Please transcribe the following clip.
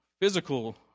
physical